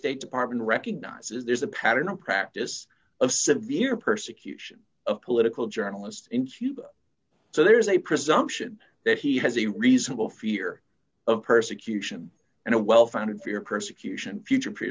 state department recognizes there is a pattern and practice of severe persecution of political journalists in cuba so there's a presumption that he has a reasonable fear of persecution and a well founded fear persecution future pr